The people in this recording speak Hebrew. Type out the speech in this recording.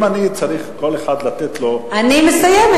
אם אני צריך, כל אחד, לתת לו, אני מסיימת.